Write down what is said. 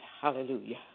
Hallelujah